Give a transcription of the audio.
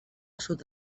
sud